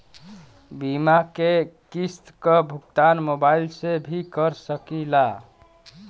बीमा के किस्त क भुगतान मोबाइल से भी कर सकी ला?